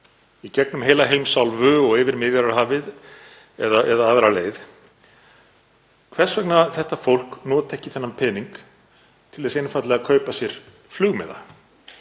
í gegnum heila heimsálfu og yfir Miðjarðarhafið eða aðra leið, hvernig á því standi að þetta fólk noti ekki þennan pening til þess einfaldlega að kaupa sér flugmiða